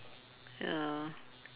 ya